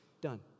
done